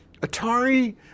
Atari